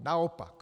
Naopak.